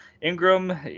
Ingram